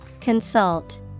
Consult